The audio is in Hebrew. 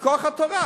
בכוח התורה.